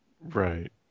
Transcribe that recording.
Right